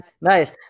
Nice